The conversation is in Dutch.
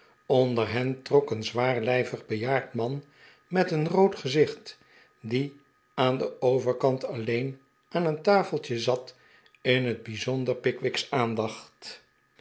onder hen trok een zwaarlijvig bejaard man met een rood gezicht die aan den overkant alleen aan een tafeltje zat in net bijzonder pickwick's aandacht